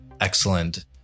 excellent